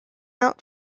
out